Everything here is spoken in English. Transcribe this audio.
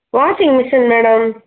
washing machine madam